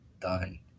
done